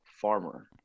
Farmer